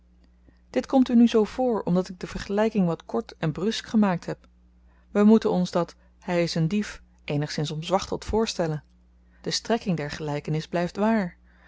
dit komt u nu zoo voor omdat ik de vergelyking wat kort en brusk gemaakt heb we moeten ons dat hy is een dief eenigszins omzwachteld voorstellen de strekking der gelykenis blyft waar